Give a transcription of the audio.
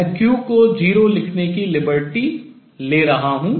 मैं q को 0 लिखने की liberty स्वतंत्रता ले रहा हूँ